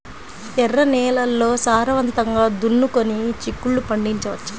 ఎర్ర నేలల్లో సారవంతంగా దున్నుకొని చిక్కుళ్ళు పండించవచ్చు